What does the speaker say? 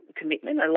commitment